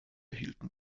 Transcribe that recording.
erhielten